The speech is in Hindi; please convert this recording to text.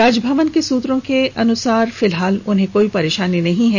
राजभवन के सूत्रों से जानकारी के अनुसार फिलहाल उन्हें कोई परेशानी नहीं है